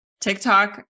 TikTok